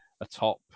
atop